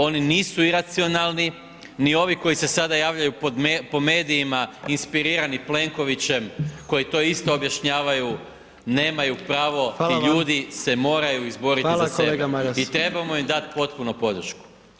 Oni nisu iracionalni, ni ovi koji se sada javljaju po medijima inspirirani Plenkovićem koji to isto objašnjavaju nemaju pravo, ti ljudi se moraju izboriti za sebe i trebamo im dati potpuno podršku.